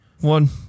one